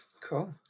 Cool